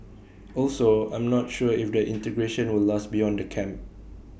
also I'm not sure if the integration will last beyond the camp